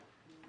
האלה,